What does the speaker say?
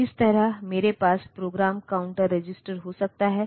तो इस तरह मेरे पास प्रोग्राम काउंटर रजिस्टर हो सकता है